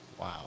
wow